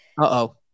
Uh-oh